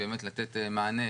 לתת מענה,